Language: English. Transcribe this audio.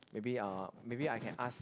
maybe ah maybe I can ask